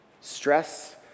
Stress